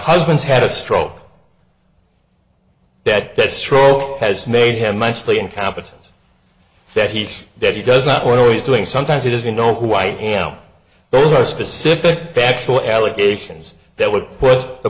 husband's had a stroke that that stroll has made him nicely incompetent that he's that he does not want to always doing sometimes he doesn't know why yeah those are specific factual allegations that would put the